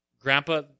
Grandpa